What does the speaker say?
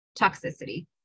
toxicity